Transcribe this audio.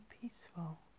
peaceful